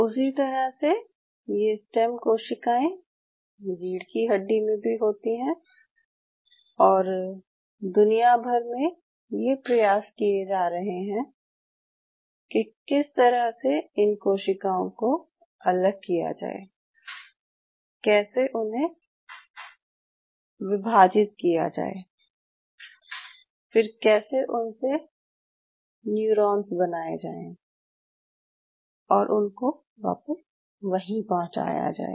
उसी तरह से ये स्टेम कोशिकाएं रीढ़ की हड्डी में भी होती हैं और दुनिया भर में ये प्रयास किये जा रहे हैं कि किस तरह से इन कोशिकाओं को अलग किया जाये कैसे उनको विभाजित किया जाये फिर कैसे उनसे न्यूरॉन्स बनाये जाएं और उनको वापस वहीँ पहुँचाया जाये